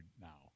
now